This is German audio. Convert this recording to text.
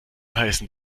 heißen